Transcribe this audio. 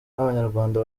nk’abanyarwanda